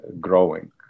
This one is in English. growing